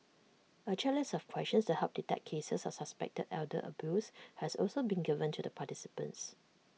A checklist of questions to help detect cases of suspected elder abuse has also been given to the participants